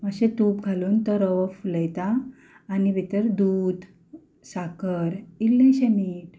मातशें तूप घालून तो रवो फुलयता आनी भितर दूद साकर इल्लेशें मीठ